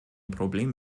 problem